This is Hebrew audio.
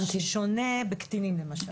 בשונה ממקרה של קטינים למשל.